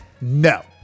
No